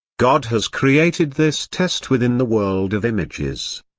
god has created this test within the world of images.